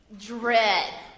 dread